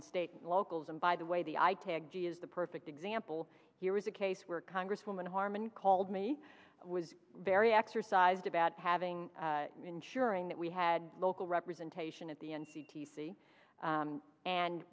and state locals and by the way the i tagged is the perfect example here is a case where congresswoman harman called me was very exercised about having ensuring that we had local representation at the end and